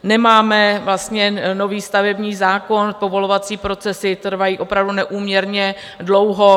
Nemáme vlastně nový stavební zákon, povolovací procesy trvají opravdu neúměrně dlouho.